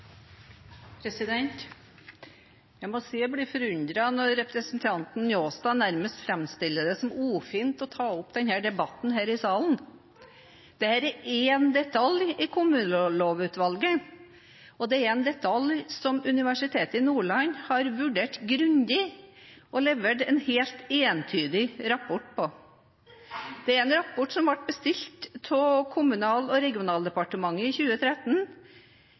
dag. Jeg må si jeg ble forundret over at representanten Njåstad framstiller det nærmest som ufint å ta opp denne debatten her i salen. Dette er en detalj i kommunelovutvalget, og det er en detalj som Universitetet i Nordland har vurdert grundig og levert en helt entydig rapport på. Det er en rapport som ble bestilt av Kommunal- og regionaldepartementet i 2013,